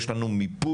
יש לנו מיפוי.